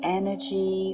energy